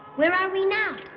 where are we now?